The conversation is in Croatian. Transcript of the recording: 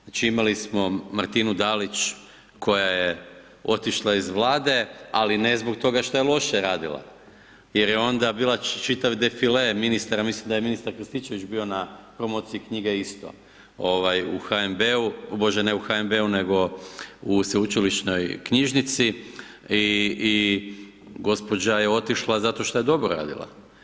Znači, imali smo Martinu Dalić koja je otišla iz Vlade, ali ne zbog toga što je loše radila jer je onda bila čitav defile ministar, ja mislim da je ministar Krstičević bio na promociji knjige isto, u HNB-u, o Bože, ne u HNB-u, nego u Sveučilišnoj knjižnici i gđa. je otišla zato šta je dobro radila.